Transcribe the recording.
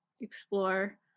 explore